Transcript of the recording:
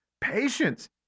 patience